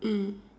mm